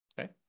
Okay